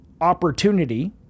opportunity